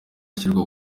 ashyirwa